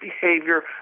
behavior